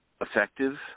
effective